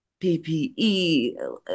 PPE